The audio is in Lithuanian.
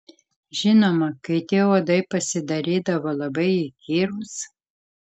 žinoma kai tie uodai pasidarydavo labai įkyrūs